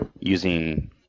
using